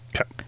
Okay